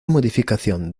modificación